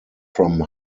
from